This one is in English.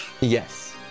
Yes